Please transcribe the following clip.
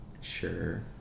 sure